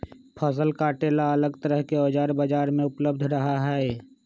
फसल काटे ला अलग तरह के औजार बाजार में उपलब्ध रहा हई